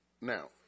Now